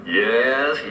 yes